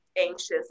anxious